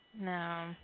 No